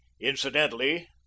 Incidentally